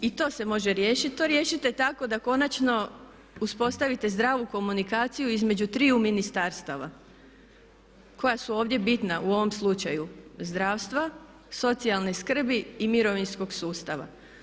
I to se može riješiti, to riješite tako da konačno uspostavite zdravu komunikaciju između triju ministarstava koja su ovdje bitna u ovom slučaju, zdravstva, socijalne skrbi i mirovinskog sustava.